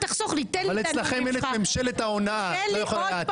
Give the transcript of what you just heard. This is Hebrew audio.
תפקידי כחברת כנסת מהאופוזיציה כי אני חושבת שהרבה